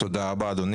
כדאי להבין